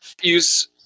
use